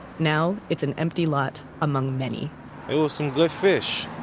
now, it's an empty lot among many it was some good fish,